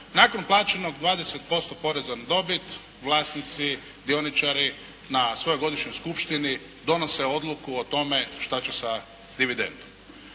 nakon plaćenog 20% poreza na dobit vlasnici, dioničari na svojoj godišnjoj skupštini donose odluku o tome što će sa dividendom.